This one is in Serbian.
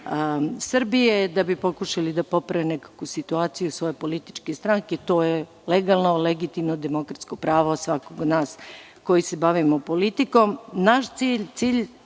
Srbije, da bi pokušali nekako da poprave situaciju svoje političke stranke. To je legalno, legitimno, demokratsko pravo svakoga od nas koji se bavimo politikom. Naš cilj,